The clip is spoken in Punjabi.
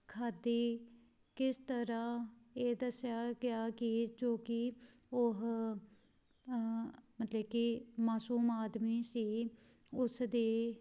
ਖਾਧੀ ਕਿਸ ਤਰ੍ਹਾਂ ਇਹ ਦੱਸਿਆ ਗਿਆ ਕਿ ਜੋ ਕਿ ਉਹ ਮਤਲਬ ਕਿ ਮਾਸੂਮ ਆਦਮੀ ਸੀ ਉਸ ਦੀ